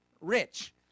rich